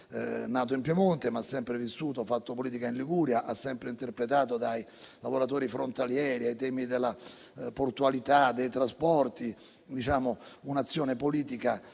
Nato in Piemonte, ha sempre vissuto e fatto politica in Liguria; ha sempre interpretato, dai lavoratori frontalieri ai temi della portualità e dei trasporti, un'azione politica